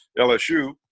LSU